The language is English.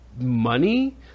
money